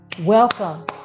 welcome